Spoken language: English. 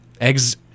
eggs